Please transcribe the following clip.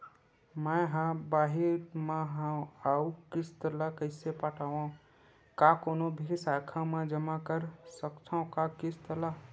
मैं हा बाहिर मा हाव आऊ किस्त ला कइसे पटावव, का कोनो भी शाखा मा जमा कर सकथव का किस्त ला?